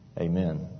Amen